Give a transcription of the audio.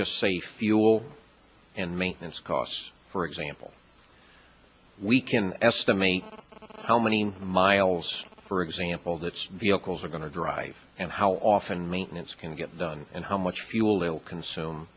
just say fuel and maintenance costs for example we can estimate how many miles for example that vehicles are going to drive and how often maintenance can get done and how much fuel they'll consume